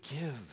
give